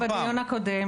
התבקשנו בדיון הקודם.